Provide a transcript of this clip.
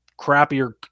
crappier